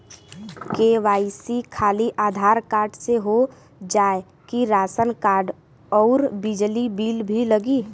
KYC खाली Aadhaar card से हो जाए कि राशन कार्ड अउर बिजली बिल भी लगी?